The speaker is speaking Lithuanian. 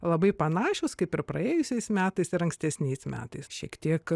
labai panašios kaip ir praėjusiais metais ir ankstesniais metais šiek tiek